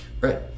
Right